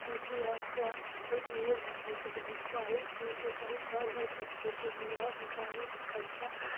ان کی اور یہ ہوتی ہے کہ جو ہم ان کی خواہش اور بڑھ جاتی ہے کہ ہم اور گائک اچھا